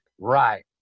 Right